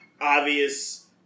obvious